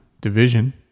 division